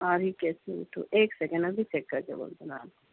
are E Kesari ٹو ایک second ابھی چیک کر کے بولتی ہوں میں آپ